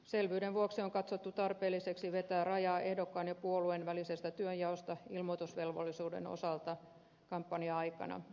selvyyden vuoksi on katsottu tarpeelliseksi vetää rajaa ehdokkaan ja puolueen välisestä työnjaosta ilmoitusvelvollisuuden osalta kampanja aikana